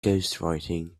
ghostwriting